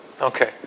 Okay